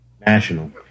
National